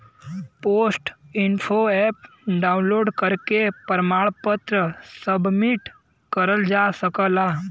post info app download करके प्रमाण पत्र सबमिट करल जा सकला